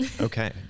Okay